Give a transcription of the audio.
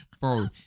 bro